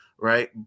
Right